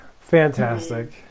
Fantastic